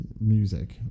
music